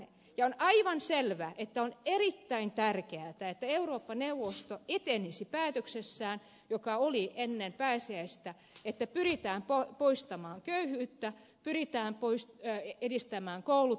on aivan selvää että on erittäin tärkeätä että eurooppa neuvosto etenisi päätöksessään joka tehtiin ennen pääsiäistä että pyritään poistamaan köyhyyttä pyritään edistämään koulutusta